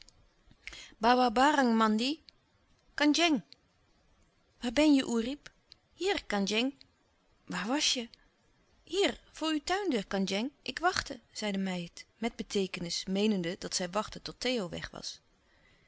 an andjeng aar ben je oerip hier kandjeng waar was je hier voor uw tuindeur kandjeng ik wachtte zei de meid met beteekenis meenende dat zij wachtte tot theo weg was